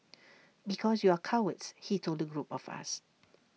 because you are cowards he told the group of us